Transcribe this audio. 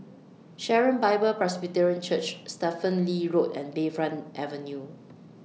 Sharon Bible Presbyterian Church Stephen Lee Road and Bayfront Avenue